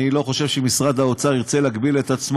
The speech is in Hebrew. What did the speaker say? אני לא חושב שמשרד האוצר ירצה להגביל את עצמו,